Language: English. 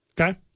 Okay